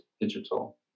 digital